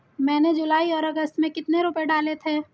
मैंने जुलाई और अगस्त में कितने रुपये डाले थे?